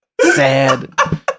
sad